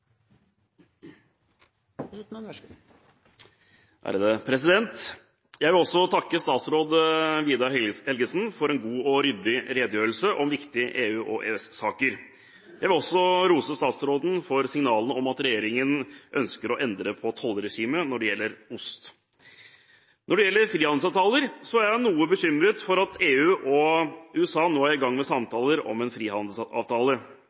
Jeg vil også takke statsråd Vidar Helgesen for en god og ryddig redegjørelse om viktige EU- og EØS-saker. Jeg vil også rose statsråden for signalene om at regjeringen ønsker å endre på tollregimet når det gjelder ost. Når det gjelder frihandelsavtaler, er jeg noe bekymret over at EU og USA nå er i gang med samtaler om en frihandelsavtale.